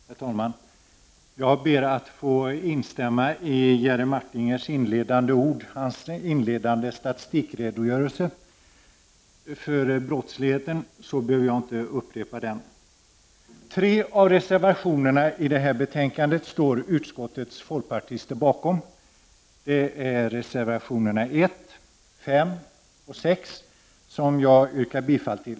Herr talman! Jag ber att få instämma i Jerry Martingers inledande ord och hänvisar till hans redogörelse för statistiken över brottsligheten. Jag behöver då inte upprepa detta. Utskottets folkpartister står bakom tre av reservationerna till detta betänkande, nämligen reservationerna 1, 5 och 6, som jag yrkar bifall till.